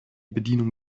bedienung